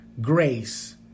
grace